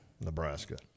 Nebraska